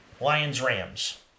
Lions-Rams